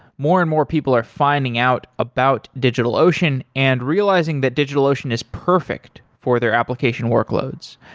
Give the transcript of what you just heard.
more and more people are finding out about digitalocean and realizing that digitalocean is perfect for their application workloads.